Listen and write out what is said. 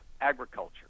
agriculture